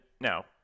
now